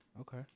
Okay